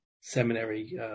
Seminary